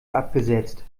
abgesetzt